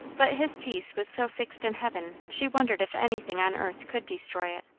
but his peace was so fixed in heaven, she wondered if anything on earth could destroy it?